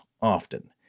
often